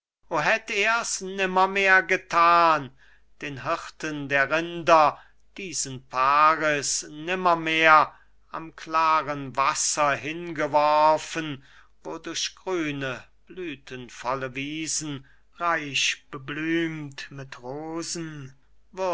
hätt er's nimmermehr gethan den hirten der rinder diesen paris nimmermehr am klaren wasser hingeworfen wo durch grüne blüthenvolle wiesen reich beblümt mit rosen